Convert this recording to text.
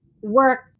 work